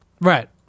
Right